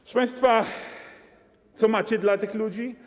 Proszę państwa, co macie dla tych ludzi?